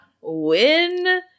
win